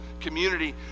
community